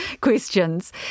questions